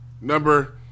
Number